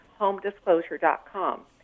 homedisclosure.com